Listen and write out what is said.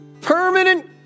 permanent